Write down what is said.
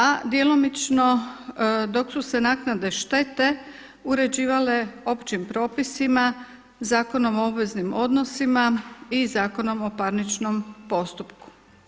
A djelomično dok su se naknade štete uređivale općim propisima, Zakonom o obveznim odnosima i Zakonom o parničnom postupku.